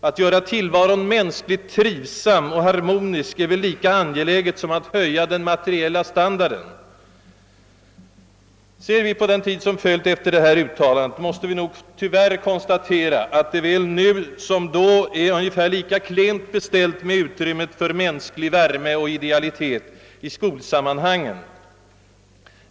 Att göra tillvaron mänskligt trivsam och harmonisk är väl lika angeläget som att höja den materiella standarden.» Ser vi på den tid som följt efter detta uttalande måste vi nog tyvärr konstatera, att det väl nu som då är ungefär lika klent beställt med utrymmet för mänsklig värme och idealitet i skolsammanhang.